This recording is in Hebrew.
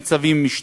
ניצבי-משנה.